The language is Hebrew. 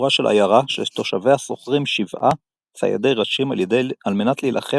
של עיירה שתושביה שוכרים שבעה ציידי ראשים על מנת להילחם